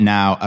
Now